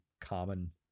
common